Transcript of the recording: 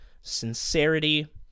sincerity